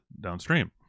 downstream